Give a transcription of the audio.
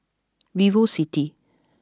Vivo City